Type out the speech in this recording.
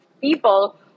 people